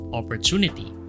opportunity